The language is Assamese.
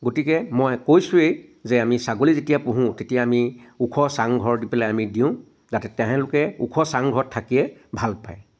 গতিকে মই কৈছোৱে যে আমি ছাগলী যেতিয়া পোহো তেতিয়া আমি ওখ চাংঘৰ দি পেলাই আমি দিওঁ যাতে তেওঁলোকে ওখ চাংঘৰত থাকিয়ে ভাল পায়